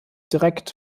direkt